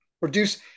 Reduce